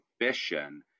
ambition